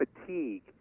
fatigue